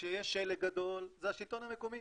כשיש שלג גדול, זה השלטון המקומי.